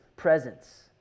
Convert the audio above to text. Presence